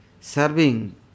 serving